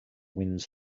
wins